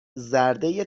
زرده